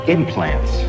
Implants